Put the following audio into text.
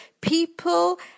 People